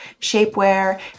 shapewear